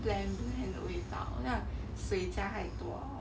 bland bland 的味道 I think 水加太多了